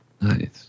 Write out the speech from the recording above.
Nice